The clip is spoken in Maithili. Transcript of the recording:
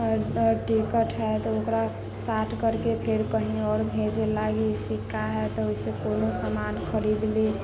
टिकट है तऽ ओकरा साट करके फेर कही आओर भेजेला सिक्का है तऽ ओहिसँ कोनो समान खरीदली